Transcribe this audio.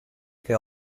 che